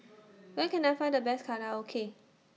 Where Can I Find The Best Korokke